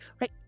right